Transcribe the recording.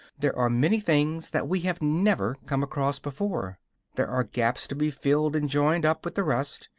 there are many things that we have never come across before there are gaps to be filled and joined up with the rest,